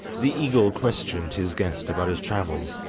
the eagle questioned his guest about his travels,